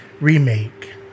remake